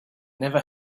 never